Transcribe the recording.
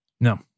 No